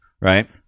right